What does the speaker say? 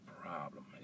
problem